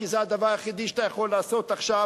כי זה הדבר היחידי שאתה יכול לעשות עכשיו.